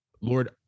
Lord